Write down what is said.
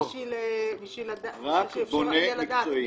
בשביל שאפשר יהיה לדעת מי הוא בונה מקצועי.